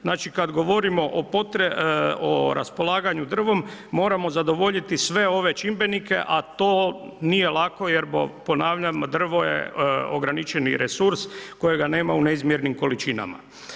Znači kad govorimo o raspolaganju drvom, moramo zadovoljiti sve ove čimbenike, a to nije lako jerbo ponavljam, drvo je ograničeni resurs kojega nema u neizmjernim količinama.